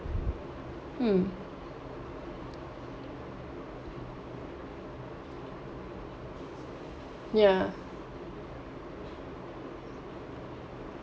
mm ya